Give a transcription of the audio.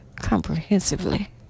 Comprehensively